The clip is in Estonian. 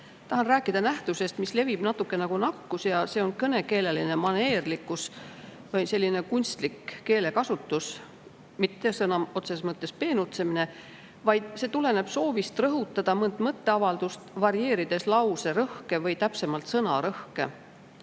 Tahan rääkida nähtusest, mis levib nagu nakkus. See on kõnekeeleline maneerlikkus või selline kunstlik keelekasutus. Mitte sõna otseses mõttes peenutsemine, vaid see tuleneb soovist rõhutada mõnd mõtteavaldust, varieerides lauserõhke või täpsemalt sõnarõhke.